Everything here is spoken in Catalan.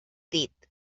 dit